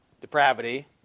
depravity